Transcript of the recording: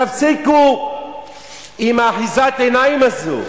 תפסיקו עם אחיזת העיניים הזאת,